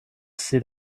see